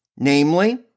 Namely